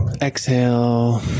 Exhale